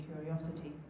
curiosity